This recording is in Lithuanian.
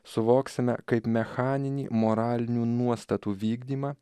suvoksime kaip mechaninį moralinių nuostatų vykdymą